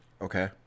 Okay